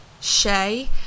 shay